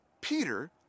Peter